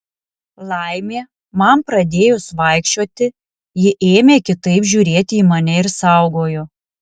laimė man pradėjus vaikščioti ji ėmė kitaip žiūrėti į mane ir saugojo